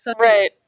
Right